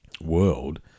world